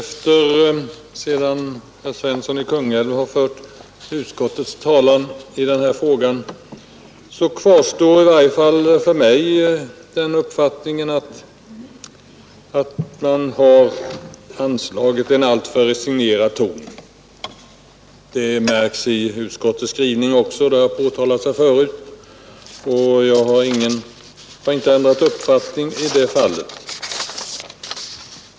Fru talman! Sedan herr Svensson i Kungälv har fört utskottets talan i denna fråga kvarstår i varje fall hos mig den uppfattningen att man har anslagit en alltför resignerad ton. Detta märks också i utskottets skrivning — det har påtalats här förut — och jag har inte ändrat uppfattning i det fallet.